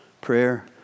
Prayer